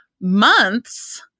months